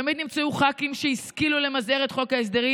תמיד נמצאו ח"כים שהשכילו למזער את חוק ההסדרים.